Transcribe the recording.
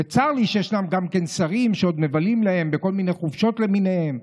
וצר לי שישנם גם שרים שמבלים להם בכל מיני חופשות למיניהן.